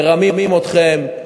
מרמים אתכם,